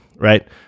right